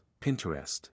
Pinterest